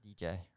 dj